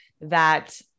that-